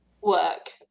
work